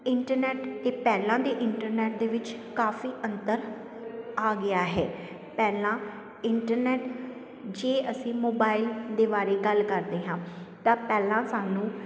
internet ਅਤੇ ਪਹਿਲਾਂ ਦੀ ਇੰਟਰਨੈਟ ਦੇ ਵਿੱਚ ਕਾਫੀ ਅੰਤਰ ਆ ਗਿਆ ਹੈ ਪਹਿਲਾਂ ਇੰਟਰਨੈਟ ਜੇ ਅਸੀਂ ਮੋਬਾਈਲ ਦੇ ਬਾਰੇ ਗੱਲ ਕਰਦੇ ਹਾਂ ਤਾਂ ਪਹਿਲਾਂ ਸਾਨੂੰ